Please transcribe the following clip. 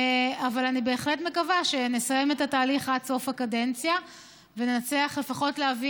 אבל אני בהחלט מקווה שנסיים את התהליך עד סוף הקדנציה ונצליח לפחות להביא